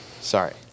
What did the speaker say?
Sorry